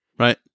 right